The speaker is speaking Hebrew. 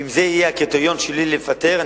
ואם זה יהיה הקריטריון שלי לפטר,